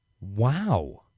Wow